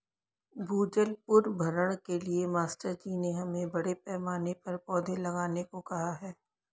भूजल पुनर्भरण के लिए मास्टर जी ने हमें बड़े पैमाने पर पौधे लगाने को कहा है